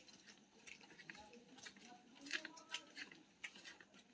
जेकरा पारंपरिक बैंकिंग सं ऋण नहि भेटै छै, ओकरा माइक्रोफाइनेंस कंपनी ऋण दै छै